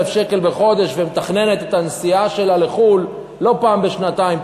שקל בחודש ומתכננת את הנסיעה שלה לחו"ל לא פעם בשנתיים,